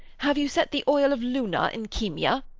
have you set the oil of luna in kemia?